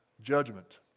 judgment